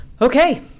Okay